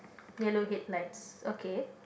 yellow headlights okay